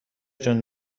جون